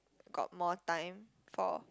got more time for